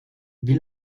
wie